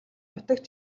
нутагт